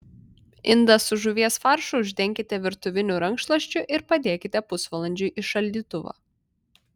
indą su žuvies faršu uždenkite virtuviniu rankšluosčiu ir padėkite pusvalandžiui į šaldytuvą